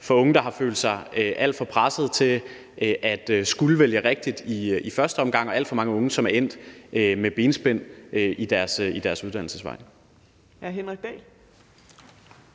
for unge, der har følt sig alt for presset til at skulle vælge rigtigt i første omgang, og det er endt med, at der er blevet